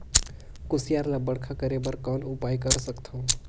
कुसियार ल बड़खा करे बर कौन उपाय कर सकथव?